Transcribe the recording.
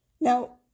Now